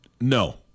No